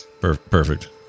Perfect